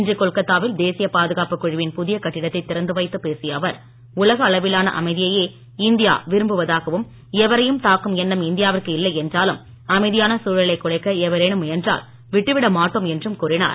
இன்று கொல்கத்தாவில் தேசிய பாதுகாப்புக் குழுவின் புதிய கட்டிடத்தை திறந்து வைத்து பேசிய அவர் உலக அளவிலான அமைதியையே இந்தியா விரும்புவதாகவும் எவரையும் தாக்கும் எண்ணம் இந்தியாவிற்கு இல்லை என்றாலும் அமைதியான சூழலை குலைக்க எவரேனும் முயன்றால் விட்டுவிட மாட்டோம் என்றும் கூறினார்